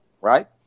right